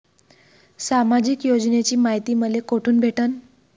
सामाजिक योजनेची मायती मले कोठून भेटनं?